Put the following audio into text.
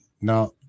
Now